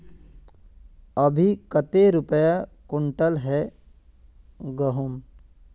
अभी कते रुपया कुंटल है गहुम?